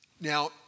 Now